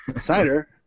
cider